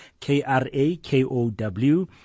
K-R-A-K-O-W